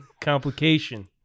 complication